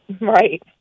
Right